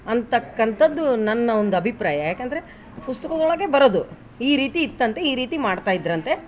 ಅಂತಕ್ಕಂಥದ್ದು ನನ್ನ ಒಂದು ಅಭಿಪ್ರಾಯ ಯಾಕಂದರೆ ಪುಸ್ತಕದೊಳಗೆ ಬರೋದು ಈ ರೀತಿ ಇತ್ತಂತೆ ಈ ರೀತಿ ಮಾಡ್ತಾ ಇದ್ರಂತೆ